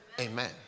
Amen